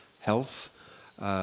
health